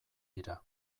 dira